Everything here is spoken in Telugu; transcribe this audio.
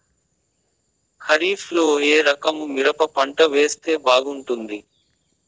ఖరీఫ్ లో ఏ రకము మిరప పంట వేస్తే బాగుంటుంది